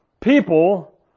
People